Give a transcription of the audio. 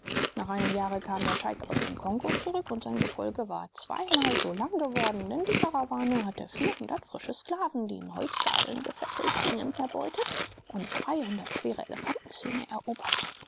nach einem jahre kam der scheik aus dem kongo zurück und sein gefolge war zweimal so lang geworden denn die karawane hatte frische sklaven die in holzgabeln gefesselt gingen erbeutet und schwere elefantenzähne erobert